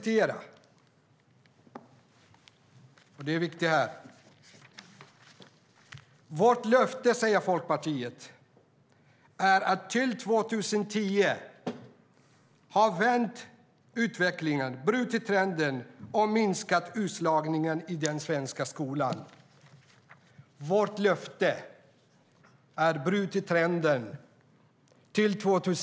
Där står: Vårt löfte är att till 2010 ha vänt utvecklingen, brutit trenden och minskat utslagningen i den svenska skolan.